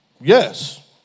Yes